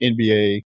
NBA